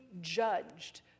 judged